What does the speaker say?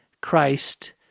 Christ